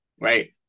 right